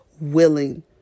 willing